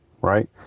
right